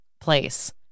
place